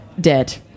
Dead